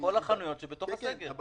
כל החנויות שבתוך הסגר.